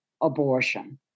abortion